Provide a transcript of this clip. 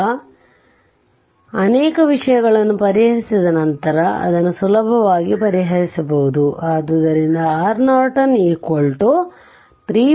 ಈಗ ಅನೇಕ ವಿಷಯಗಳನ್ನು ಪರಿಹರಿಸಿದ ನಂತರ ಅದನ್ನು ಸುಲಭವಾಗಿ ಪರಿಹರಿಸಬಹುದು